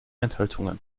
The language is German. enthaltungen